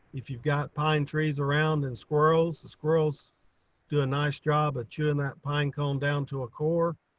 if you've got pine trees around and squirrels. squirrels do a nice job of chewing that pine cone down to a core.